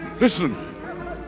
Listen